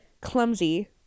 clumsy